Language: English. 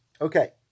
Okay